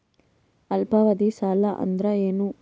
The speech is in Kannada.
ಅಲ್ಪಾವಧಿ ಸಾಲ ಅಂದ್ರ ಏನು?